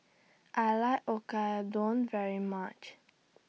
I like Oyakodon very much